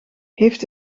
heeft